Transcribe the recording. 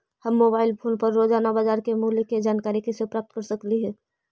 हम mobile phone पर रोजाना बाजार मूल्य के जानकारी कैसे प्राप्त कर सकली हे?